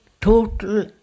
total